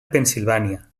pennsilvània